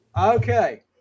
Okay